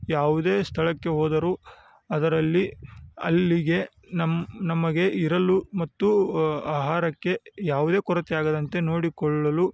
ಯಾವುದೇ ಸ್ಥಳಕ್ಕೆ ಹೋದರು ಅದರಲ್ಲಿ ಅಲ್ಲಿಗೆ ನಮ್ಮ ನಮಗೆ ಇರಲು ಮತ್ತು ಆಹಾರಕ್ಕೆ ಯಾವುದೇ ಕೊರತೆ ಆಗದಂತೆ ನೋಡಿಕೊಳ್ಳಲು